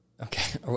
Okay